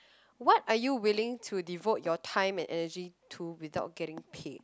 what are you willing to devote your time and energy to without getting paid